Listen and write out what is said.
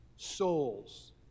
Souls